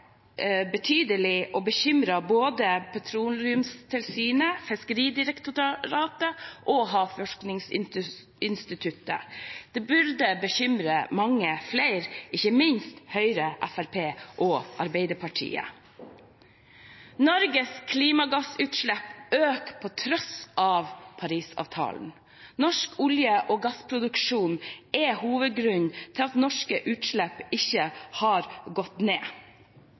betydelig og bekymrer både Petroleumstilsynet, Fiskeridirektoratet og Havforskningsinstituttet. Det burde bekymre mange flere, ikke minst Høyre, Fremskrittspartiet og Arbeiderpartiet. Norges klimagassutslipp øker på tross av Parisavtalen. Norsk olje- og gassproduksjon er hovedgrunnen til at norske utslipp ikke har gått ned.